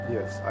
Yes